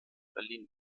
berlin